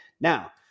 Now